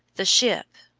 the ship!